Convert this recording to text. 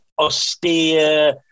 austere